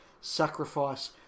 sacrifice